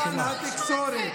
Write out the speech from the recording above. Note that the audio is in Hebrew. והיכן התקשורת?